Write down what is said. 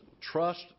trust